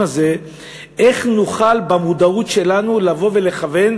הזה איך נוכל במודעות שלנו לבוא ולכוון,